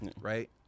right